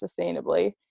sustainably